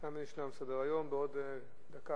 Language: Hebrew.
תם ונשלם סדר-היום בעוד דקה,